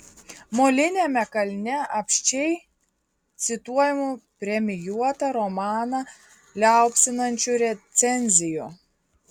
moliniame kalne apsčiai cituojamų premijuotą romaną liaupsinančių recenzijų